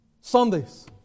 Sundays